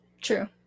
True